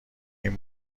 این